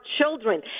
children